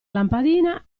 lampadina